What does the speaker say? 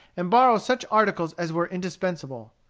and borrow such articles as were indispensable.